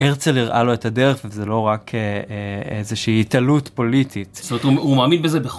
הרצל הראה לו את הדרך וזה לא רק איזושהי היתלות פוליטית.